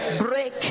Break